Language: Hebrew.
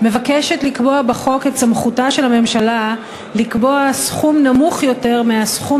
מבקשת לקבוע בחוק את סמכותה של הממשלה לקבוע סכום נמוך יותר מהסכום